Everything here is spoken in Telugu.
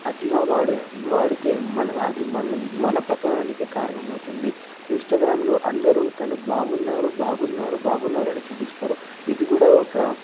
అతిగా వాడే వాడితే మన అది మన మన పతనానికే కారణమవుతుంది ఇంస్టాగ్రామ్లో అందరు తను బాగున్నారు బాగున్నారు బాగున్నారని చూపిస్తారు ఇది కూడా ఒక